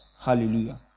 Hallelujah